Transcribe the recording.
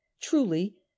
truly